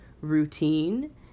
routine